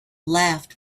laughed